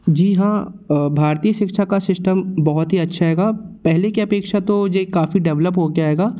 जी हाँ भारतीय शिक्षा का सिश्टम बहुत ही अच्छा हैगा पहले की अपेक्षा तो यह काफ़ी डेवलप हो गया हैगा